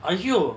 !aiyo!